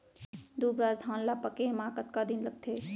दुबराज धान ला पके मा कतका दिन लगथे?